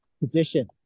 position